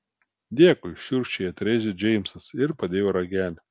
dėkui šiurkščiai atrėžė džeimsas ir padėjo ragelį